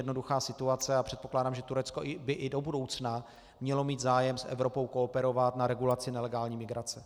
A předpokládám, že Turecko by i do budoucna mělo mít zájem s Evropou kooperovat na regulaci nelegální migrace.